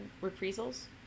Reprisals